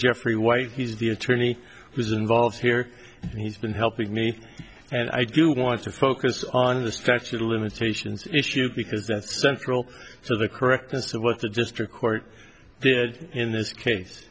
jeffrey white he's the attorney who's involved here and he's been helping me and i do want to focus on the statute of limitations issue because that's central so the correctness of what the district court did in this case